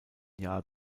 jahr